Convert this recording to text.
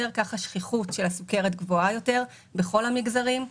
כך השכיחות של הסוכרת גבוהה יותר בכל המגזרים.